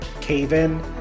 cave-in